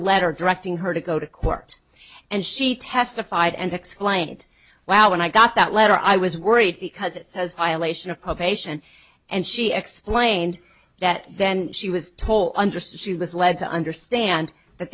letter directing her to go to court and she testified and explained well when i got that letter i was worried because it says violation of probation and she explained that then she was told i understood she was led to understand that